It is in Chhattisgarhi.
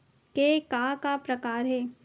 के का का प्रकार हे?